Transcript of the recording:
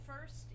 first